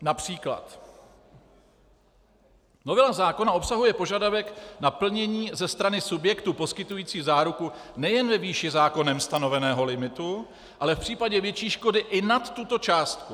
Například: Novela zákona obsahuje požadavek na plnění ze strany subjektu poskytující záruku nejen ve výši zákonem stanoveného limitu, ale v případě větší škody i nad tuto částku.